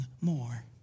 more